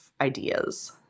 ideas